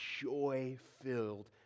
joy-filled